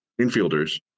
infielders